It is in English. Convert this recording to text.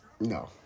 No